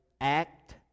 act